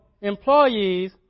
employees